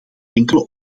enkele